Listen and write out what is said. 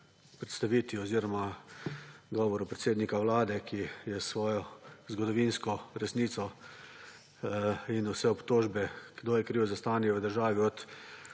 predstavitvi oziroma govoru predsednika Vlade, ki je s svojo zgodovinsko resnico in vse obtožbe, kdo je kriv za stanje v državi,